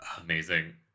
Amazing